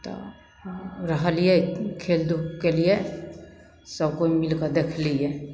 तऽ रहलिए खेलधूप केलिए सबकोइ मिलिकऽ देखलिए